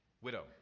Widow